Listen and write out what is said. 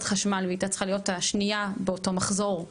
חשמל והיא הייתה צריכה להיות השנייה באותו מחזור,